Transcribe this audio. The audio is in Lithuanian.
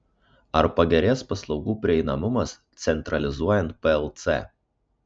ar pagerės paslaugų prieinamumas centralizuojant plc